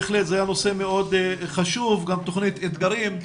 בהחלט, זה היה נושא מאוד חשוב, גם תכנית אתגרים.